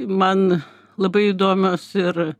man labai įdomios ir